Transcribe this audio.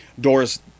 Doors